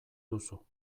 duzu